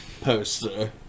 poster